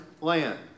land